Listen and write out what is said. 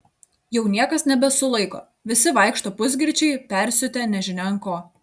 jau niekas nebesulaiko visi vaikšto pusgirčiai persiutę nežinia ant ko